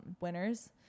winners